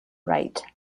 right